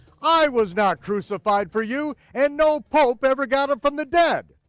i was not crucified for you, and no pope never got up from the dead.